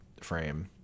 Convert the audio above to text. frame